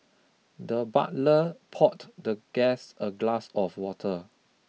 the butler pot the guest a glass of water